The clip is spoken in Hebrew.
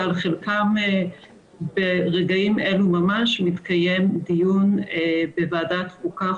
ועל חלקם ברגעים אלה ממש מתקיים דיון בוועדת החוקה,